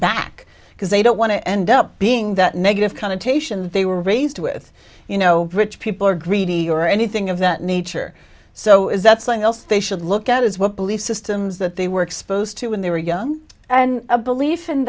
back because they don't want to end up being that negative connotation that they were raised with you know rich people are greedy or anything of that nature so is that something else they should look at is what belief systems that they were exposed to when they were young and a belief in